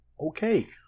okay